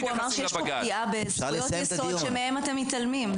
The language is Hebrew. הוא אמר שיש פה פגיעה בזכויות יסוד שמהם אתם מתעלמים,